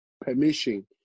permission